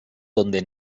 donde